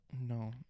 No